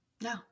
No